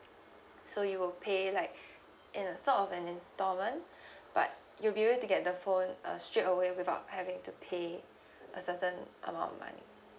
so you will pay like in a sort of an instalment but you'll be able to get the phone uh straightaway without having to pay a certain amount of money